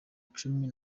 cumi